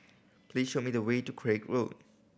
please show me the way to Craig Road